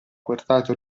portato